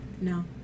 No